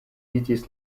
iĝis